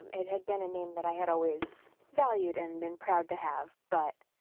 it had been a name that i had always valued and been proud to have. but